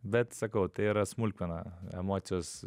bet sakau tai yra smulkmena emocijos